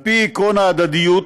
על פי עקרון ההדדיות,